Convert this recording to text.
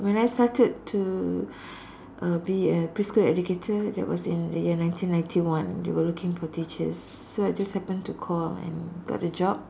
when I started to uh be a preschool educator that was in the year nineteen ninety one they were looking for teachers so I just happened to call and got the job